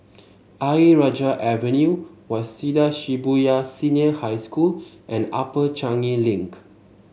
Ayer Rajah Avenue Waseda Shibuya Senior High School and Upper Changi Link